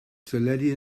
teledu